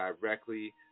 directly